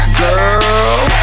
girl